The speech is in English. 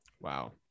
Wow